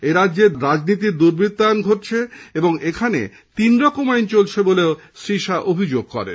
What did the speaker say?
এরাজ্যে রাজনীতির দুর্বৃত্তায়ন ঘটেছে এবং এখানে তিন রমক আইন চলছে বলে শ্রী শাহ্ অভিযোগ করেন